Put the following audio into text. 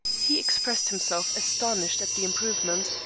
he expressed himself astonished at the improvement,